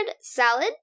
Salad